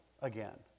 again